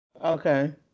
Okay